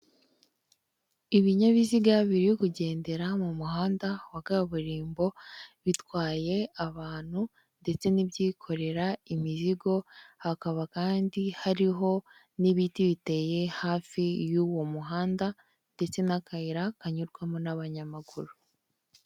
Ibinyabiziga biri kugendera mu muhanda wa kaburimbo bitwaye abantu ndetse n'ibyikorera imizigo hakaba kandi hariho n'ibiti biteye hafi y'uwo muhanda ndetse n'akayira kanyurwamo n'abanyamaguru.